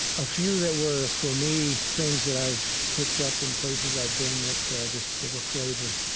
a few that were, for me, things that i've picked up in places i've been that just give a flavor.